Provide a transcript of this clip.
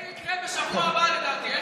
זה יקרה בשבוע הבא, לדעתי.